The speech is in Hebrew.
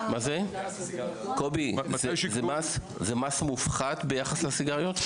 קובי, זה מס מופחת ביחד לסיגריות?